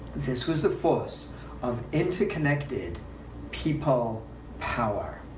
this was the force of interconnected people power.